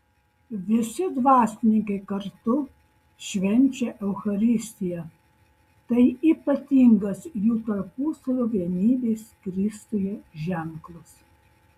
visi dvasininkai kartu švenčia eucharistiją tai ypatingas jų tarpusavio vienybės kristuje ženklas